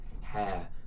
hair